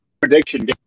prediction